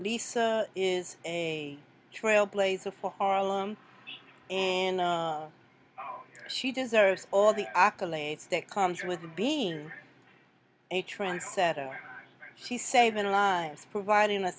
lisa is a trailblazer for harlem and she deserves all the accolades that comes with being a trendsetter she saving lives providing a